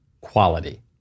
quality